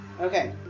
okay